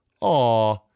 Aw